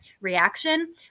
reaction